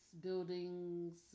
buildings